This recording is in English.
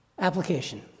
Application